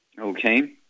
okay